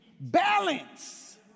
balance